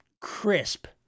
crisp